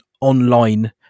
online